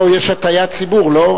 אין פה, יש הטעיית הציבור, לא?